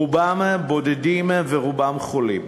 רובם בודדים ורובם חולים.